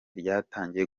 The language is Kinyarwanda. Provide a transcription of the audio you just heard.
ryatangiye